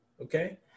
okay